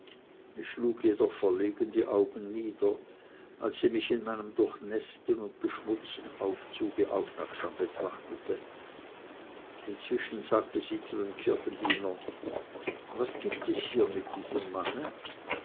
ich schlug jedoch verlegen die augen nieder als sie mich in meinem durchnäßten und beschmutzten aufzuge aufmerksam betrachtete inzwischen sagte sie zu dem kirchendiener was gibt es hier mit diesem manne